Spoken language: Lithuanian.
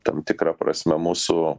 tam tikra prasme mūsų